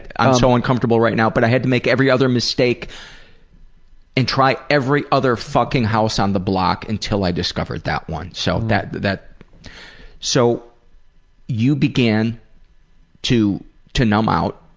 i'm so uncomfortable right now, but i had to make every other mistake and try ever other fucking house on the block until i discovered that one, so that that so you began to to numb out,